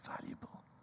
valuable